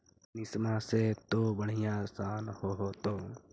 मसिनमा से तो बढ़िया आसन हो होतो?